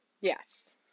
yes